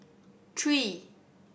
three